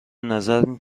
نظر